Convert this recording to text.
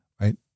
right